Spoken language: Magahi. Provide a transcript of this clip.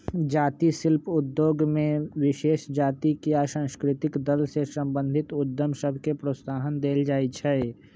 जाती शिल्प उद्योग में विशेष जातिके आ सांस्कृतिक दल से संबंधित उद्यम सभके प्रोत्साहन देल जाइ छइ